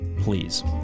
Please